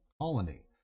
colony